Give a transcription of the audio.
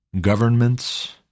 governments